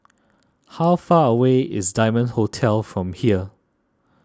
how far away is Diamond Hotel from here